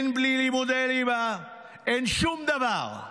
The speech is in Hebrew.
אין בלי לימודי ליבה, אין שום דבר.